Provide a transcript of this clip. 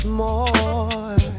more